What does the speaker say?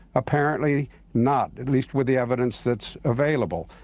apparently not. at least with the evidence that's available.